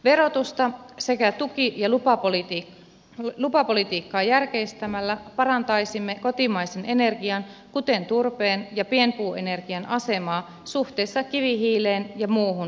verotusta sekä tuki ja lupapolitiikkaa järkeistämällä parantaisimme kotimaisen energian kuten turpeen ja pienpuuenergian asemaa suhteessa kivihiileen ja muuhun tuontienergiaan